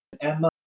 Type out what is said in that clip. Emma